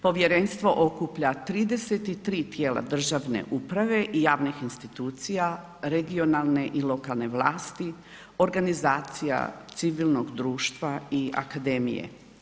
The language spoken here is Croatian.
Povjerenstvo okuplja 33 tijela državne uprave i javnih institucije, regionalne i lokalne vlasti, organizacija civilnog društva i akademije.